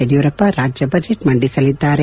ಯಡಿಯೂರಪ್ಪ ರಾಜ್ಯ ಬಜೆಟ್ ಮಂಡಿಸಲಿದ್ದಾರೆ